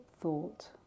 thought